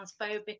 transphobic